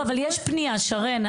יש פנייה, שרן.